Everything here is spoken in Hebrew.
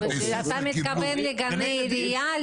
אתה מתכוון לגני עירייה?